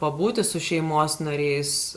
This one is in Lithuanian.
pabūti su šeimos nariais